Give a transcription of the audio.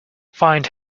find